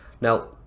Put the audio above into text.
Now